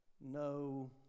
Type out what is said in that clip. no